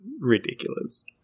ridiculous